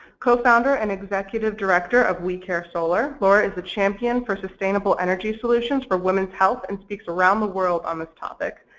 cofounder and executive director of we care solar. laura is the champion for sustainable energy solutions for women's health and speaks around the world on this topic.